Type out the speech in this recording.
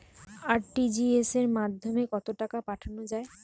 RTGS এর মাধ্যমে কত টাকা পাঠানো যায়?